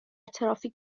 ترافیک